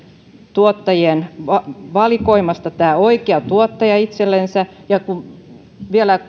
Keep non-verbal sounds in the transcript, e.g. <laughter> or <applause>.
tuottajien valikoimasta oikea tuottaja itselle ja kun vielä <unintelligible>